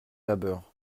labeur